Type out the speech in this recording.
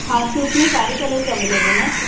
हाँ तो उसमें सारे कलर्स अवेलेविल हैं